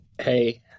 Hey